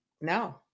No